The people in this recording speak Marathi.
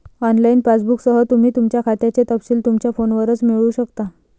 ऑनलाइन पासबुकसह, तुम्ही तुमच्या खात्याचे तपशील तुमच्या फोनवरच मिळवू शकता